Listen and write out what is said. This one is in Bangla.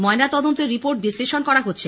ময়নাতদন্তের রিপোর্ট বিশ্লেষণ করা হচ্ছে